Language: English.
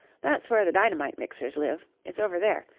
that's where the dynamite-mixers live. it's over there.